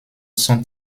sont